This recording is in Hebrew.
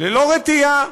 ללא רתיעה,